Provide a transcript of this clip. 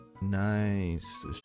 nice